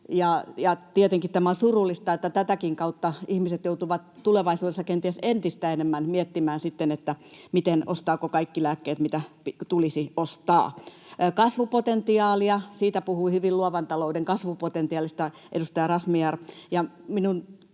tämä on surullista, että tätäkin kautta ihmiset joutuvat tulevaisuudessa kenties entistä enemmän miettimään, ostaako kaikki lääkkeet, mitä tulisi ostaa. Luovan talouden kasvupotentiaalista puhui hyvin